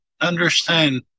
understand